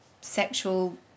sexual